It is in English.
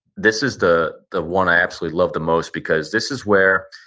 this is the the one i absolutely love the most because this is where,